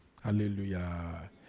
Hallelujah